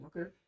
Okay